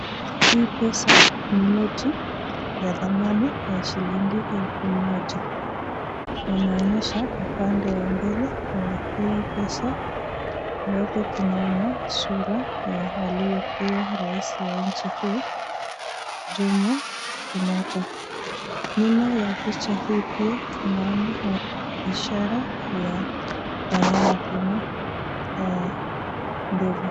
Hii pesa ni noti ya thamani ya shilingi elfu moja. Wameonyesha upande wa mbele wa hii pesa ambapo tunaona sura ya aliyekuwa rais wa nchi huu Jomo Kenyatta. Nyuma ya picha hii pia tunaona ishara ya nyanya kama ndogo.